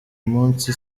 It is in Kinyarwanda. munsi